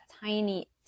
tiny